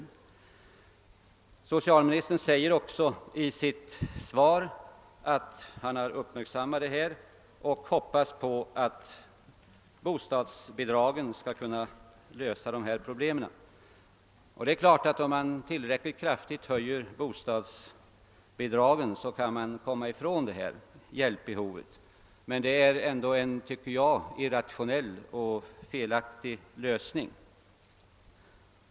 Socialministern säger också i. sitt svar att han har uppmärksammat dessa problem och hoppas på att bostadsbidragen skall kunna lösa dem. Det är klart att om man tillräckligt kraftigt höjer bostadsbidragen, kan man komma ifrån detta hjälpbehov, men det är dock enligt min uppfattning en irrationell och felaktig lösning.